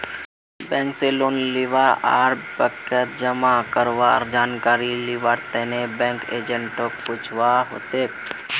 bank स loan लीबा आर बैंकत जमा करवार जानकारी लिबार तने बैंक एजेंटक पूछुवा हतोक